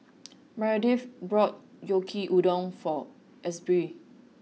Meredith brought Yaki udon for Asbury